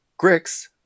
Grix